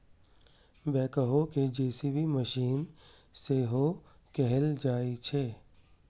backhoe कें JCB machine सेहो कहल जाइ छै